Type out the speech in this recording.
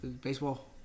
Baseball